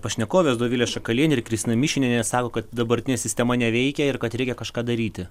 pašnekovės dovilė šakalienė ir kristina mišinienė sako kad dabartinė sistema neveikia ir kad reikia kažką daryti